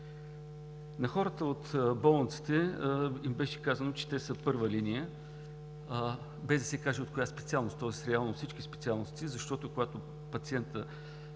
На хората от болниците им беше казано, че те са първа линия, без да се каже от коя специалност, тоест реално всички специалности, защото, когато пациентът,